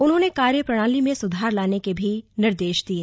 उन्होंने कार्यप्रणाली में सुधार लाने के भी निर्देश दिये